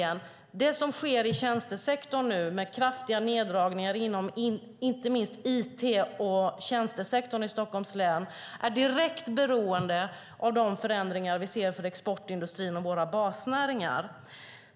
Det som sker i tjänstesektorn nu, med kraftiga neddragningar inom inte minst it i Stockholms län, är direkt beroende av de förändringar som vi ser för exportindustrin och våra basnäringar.